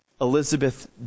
Elizabeth